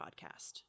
podcast